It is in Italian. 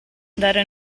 dare